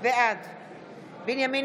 בעד בנימין